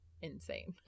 insane